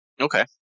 Okay